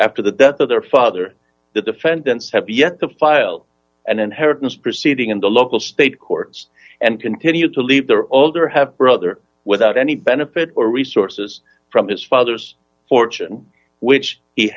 after the death of their father the defendants have yet to file an inheritance proceeding in the local state courts and continue to leave their older half brother without any benefit or resources from his father's fortune which he